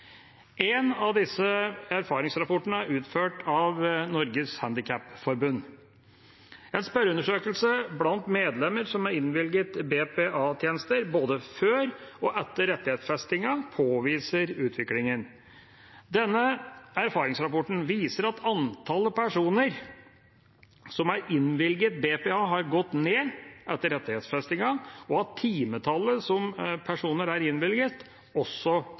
En av disse erfaringsrapportene er utført av Norges Handikapforbund. En spørreundersøkelse blant medlemmer som er innvilget BPA-tjenester både før og etter rettighetsfestingen, påviser utviklingen. Denne erfaringsrapporten viser at antallet personer som er innvilget BPA, har gått ned etter rettighetsfestingen, og at timetallet som personer er innvilget, også